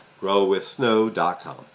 GrowWithSnow.com